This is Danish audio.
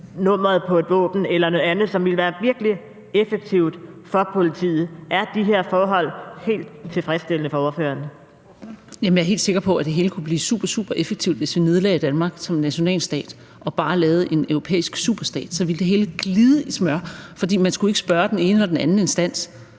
nummeret på et våben eller noget andet, som ville være virkelig effektivt for politiet. Er de her forhold helt tilfredsstillende for ordføreren? Kl. 17:51 Fjerde næstformand (Trine Torp): Ordføreren. Kl. 17:51 Marie Krarup (DF): Jamen jeg er helt sikker på, at det hele kunne blive super, super effektivt, hvis vi nedlagde Danmark som nationalstat og bare lavede en europæisk superstat. Så ville det hele glide i smør, for man skulle ikke spørge den ene eller den anden instans